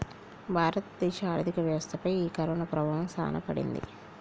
భారత దేశ ఆర్థిక వ్యవస్థ పై ఈ కరోనా ప్రభావం సాన పడింది